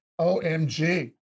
OMG